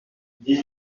dix